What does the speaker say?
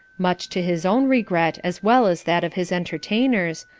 much to his own regret as well as that of his entertainers,